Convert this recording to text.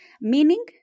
meaning